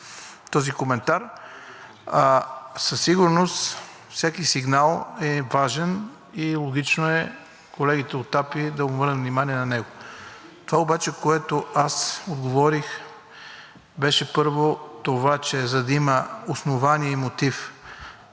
този коментар – със сигурност всеки сигнал е и важен, и логично е колегите от АПИ да обърнат внимание на него. Това обаче, което аз говорих, беше първо това, че за да има основание и мотив,